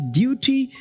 duty